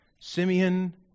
Simeon